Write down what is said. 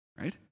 right